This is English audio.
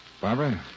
Barbara